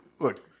Look